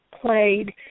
played